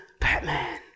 Batman